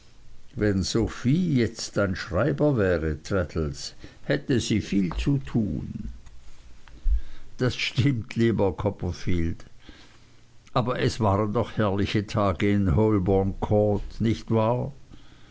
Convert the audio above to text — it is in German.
wenn sophie jetzt dein schreiber wäre traddles hätte sie viel zu tun das stimmt lieber copperfield aber es waren doch herrliche tage in holborn court nicht wahr